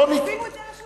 שימו את זה על השולחן,